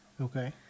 Okay